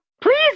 please